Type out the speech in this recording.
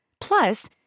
Plus